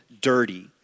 dirty